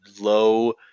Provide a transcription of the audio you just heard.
low